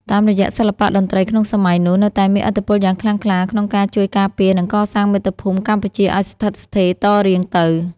តាមរយៈសិល្បៈតន្ត្រីក្នុងសម័យនោះ នៅតែមានឥទ្ធិពលយ៉ាងខ្លាំងក្លាក្នុងការជួយការពារ និងកសាងមាតុភូមិកម្ពុជាឱ្យស្ថិតស្ថេរតរៀងទៅ។